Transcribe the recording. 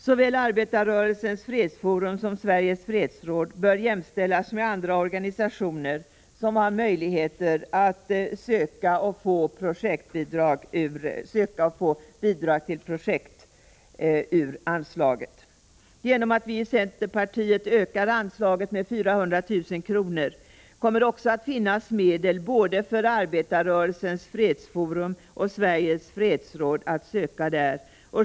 Såväl Arbetarrörelsens fredsforum som Sveriges fredsråd bör jämställas med andra organisationer som har möjligheter att söka och få bidrag till projekt ur anslaget. Genom att vi i centerpartiet föreslår en ökning av anslaget med 400 000 kr. kommer det också att finnas medel både för Arbetarrörelsens fredsforum och Sveriges fredsråd att söka.